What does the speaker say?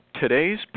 Today's